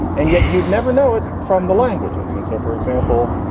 and yet you'd never know it from the languages. and so, for example,